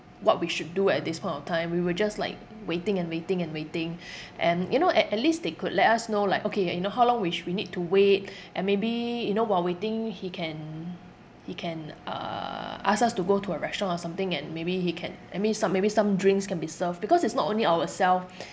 what we should do at this point of time we were just like waiting and waiting and waiting and you know at at least they could let us know like okay like you know how long which we need to wait and maybe you know while waiting he can he can uh ask us to go to a restaurant or something and maybe he can I mean some maybe some drinks can be served because it's not only ourselves